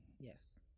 Yes